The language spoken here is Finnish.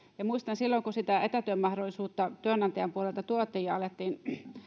ja muistan että silloin kun sitä etätyömahdollisuutta työnantajan puolelta tuotiin ja alettiin